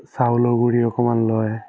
চাউলৰ গুড়ি অকণমান লয়